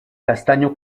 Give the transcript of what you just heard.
castaño